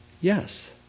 Yes